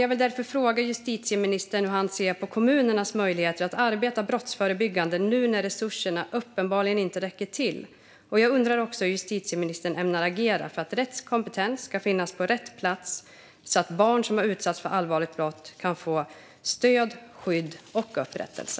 Jag vill därför fråga justitieministern hur han ser på kommunernas möjligheter att arbeta brottsförebyggande nu när resurserna uppenbarligen inte räcker till. Jag undrar också hur justitieministern ämnar agera för att rätt kompetens ska finnas på rätt plats, så att barn som har utsatts för allvarliga brott kan få stöd, skydd och upprättelse.